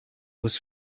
was